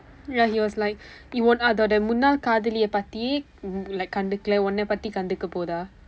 ya he was like you won't அதோட முன்னாள் காதலியை பற்றி:athooda munnaal kathaliyai parri like கண்டுக்குள்ள உன்னை பற்றி கண்டுக்க போகுதா:kandukkulla unnai parri kandukka pookuthaa